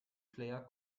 player